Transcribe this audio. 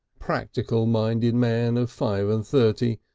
practical-minded man of five and thirty,